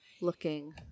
looking